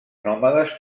nòmades